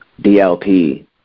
DLP